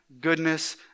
goodness